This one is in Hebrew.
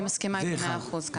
אני מסכימה איתך ב-100 אחוז כאן.